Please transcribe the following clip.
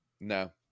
No